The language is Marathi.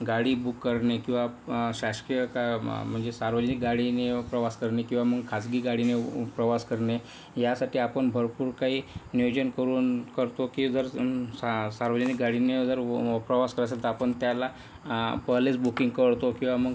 गाडी बुक करणे किंवा शासकीय काय म्हणजे सार्वजनिक गाडीने प्रवास करणे किंवा मग खाजगी गाडीने प्रवास करणे यासाठी आपण भरपूर काही नियोजन करून करतो की जर सा सार्वजनिक गाडीने जर वो प्रवास करायचा असेल तर आपण त्याला पहिलेच बुकिंग करतो किंवा मग